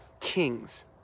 Kings